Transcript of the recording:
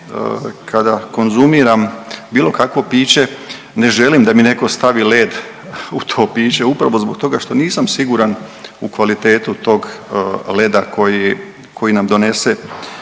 kada konzumiram bilo kakvo piće ne želim da mi neko stavi led u to piće upravo zbog toga što nisam siguran u kvalitetu tog leda koji nam donese